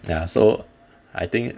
ya so I think